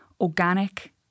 organic